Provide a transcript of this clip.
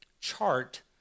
chart